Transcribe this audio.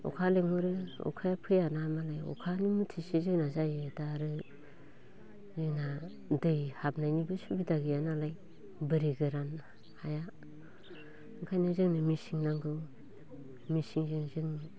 अखा लेंहरो अखाया फैयाना माने अखा मुथिसे जोंना जायो दा आरो जोंहा दै हाबनायनिबो सुबिदा गैया नालाय बोरि गोरान हाया ओंखायनो जोंनो मेचिन नांगौ मेचिनजों जों